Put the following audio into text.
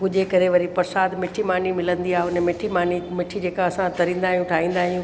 पूॼे करे वरी परसाद मिठी मानी मिलंदी आहे उन मिठी मानी मिठी जेका असां तरींदा आहियूं ठाहींदा आहियूं